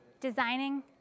designing